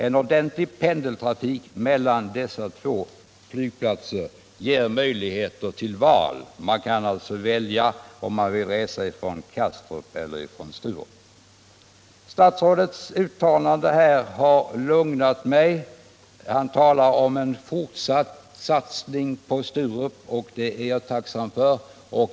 En ordentlig pendeltrafik mellan dessa båda flygplatser ger möjligheter till val. Man kan alltså välja om man vill resa från Kastrup eller Sturup. Statsrådets uttalande här har lugnat mig. Han talar om en fortsatt satsning på Sturup, och det är jag tacksam för.